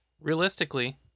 realistically